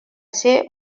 ser